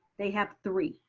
they have three.